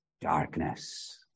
darkness